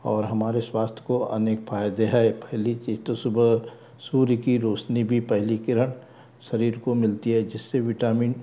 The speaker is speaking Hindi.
और हमारे स्वास्थ्य को अनेक फायदे हैं पहली चीज तो सुबह सूर्य की रोशनी भी पहली किरण शरीर को मिलती है जिससे विटामिन